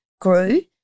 grew